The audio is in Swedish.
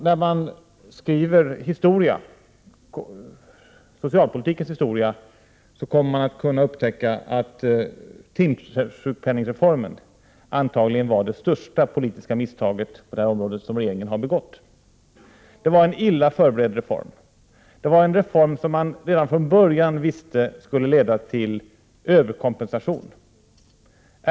När man skriver socialpolitikens historia tror jag att man kommer att upptäcka att timsjukpenningsreformen antagligen var det största politiska misstaget på detta område som regeringen har begått. Det var en illa förberedd reform, en reform som man redan från början visste skulle leda till överkompensation.